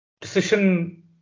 decision